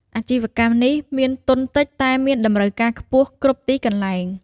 អាជីវកម្មនេះមានទុនតិចតែមានតម្រូវការខ្ពស់គ្រប់ទីកន្លែង។